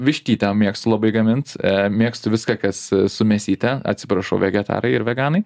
vištytę mėgstu labai gamint mėgstu viską kas su mėsyte atsiprašau vegetarai ir veganai